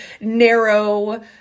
narrow